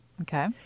Okay